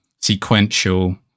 sequential